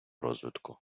розвитку